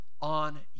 on